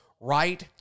right